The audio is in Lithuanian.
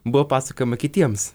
buvo pasakojama kitiems